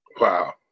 Wow